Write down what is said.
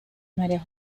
maría